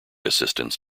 assistance